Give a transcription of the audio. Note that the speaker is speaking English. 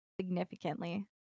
significantly